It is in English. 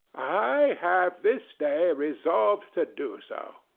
i have this day resolved to do so.